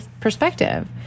perspective